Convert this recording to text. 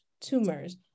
Tumors